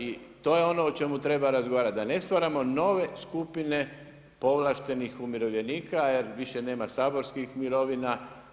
I to je ono o čemu treba razgovarati, da ne stvaramo nove skupine povlaštenih umirovljenika, jer više nema saborskih mirovina.